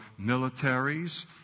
militaries